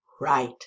right